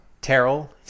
Terrell